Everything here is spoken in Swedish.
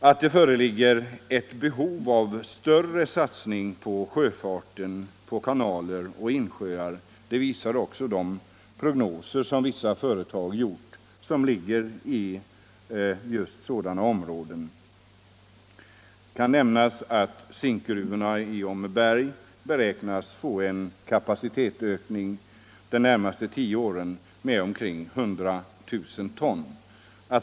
Att det föreligger ett behov av en större satsning på sjöfarten på kanaler och insjöar visar också de prognoser som gjorts av vissa företag som ligger i just sådana områden. Det kan nämnas att zinkgruvorna i Åmmeberg beräknas få en kapacitetsökning de närmaste tio åren på omkring 100 000 ton.